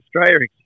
Australia